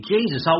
Jesus